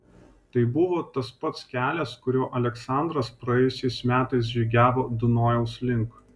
tai buvo tas pats kelias kuriuo aleksandras praėjusiais metais žygiavo dunojaus link